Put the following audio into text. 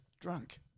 drunk